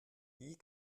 wie